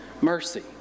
mercy